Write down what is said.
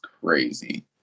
crazy